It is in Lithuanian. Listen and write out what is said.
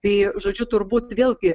tai žodžiu turbūt vėlgi